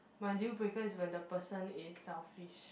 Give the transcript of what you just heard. my deal breaker is when the person is selfish